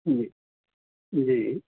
جی جی